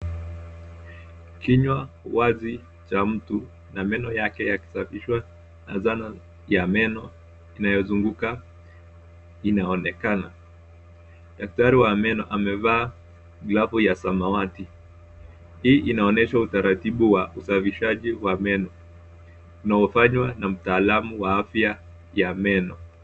Kinywa wazi cha mtu na meno yake yakisafishwa na zana ya meno inayozunguka inaonekana. Daktari wa meno amevaa glafu ya samawati. Hii inaonyesha utaratibu wa usavishaji wa meno, unaofanywa na mtaalamu wa afya ya meno.